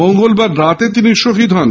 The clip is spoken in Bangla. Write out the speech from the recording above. মঙ্গলবার রাতে তিনি শহিদ হন